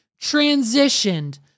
transitioned